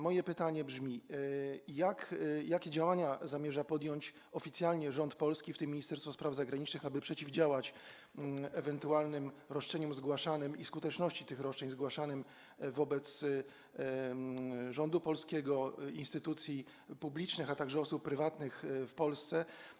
Moje pytanie brzmi: Jakie działania zamierza podjąć oficjalnie polski rząd, w tym Ministerstwo Spraw Zagranicznych, aby przeciwdziałać ewentualnym roszczeniom - i skuteczności tych roszczeń - zgłaszanym wobec polskiego rządu, instytucji publicznych, a także osób prywatnych w Polsce?